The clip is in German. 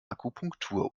akupunktur